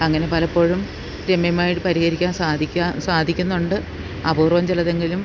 അങ്ങനെ പലപ്പോഴും രമ്യമായിട്ട് പരിഹരിക്കാൻ സാധിക്കാൻ സാധിക്കുന്നുണ്ട് അപൂർവം ചിലതെങ്കിലും